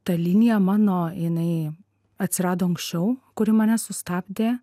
ta linija mano jinai atsirado anksčiau kuri mane sustabdė